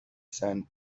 sand